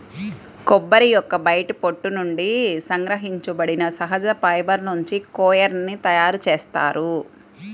కొబ్బరి యొక్క బయటి పొట్టు నుండి సంగ్రహించబడిన సహజ ఫైబర్ నుంచి కోయిర్ ని తయారు చేస్తారు